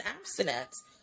abstinence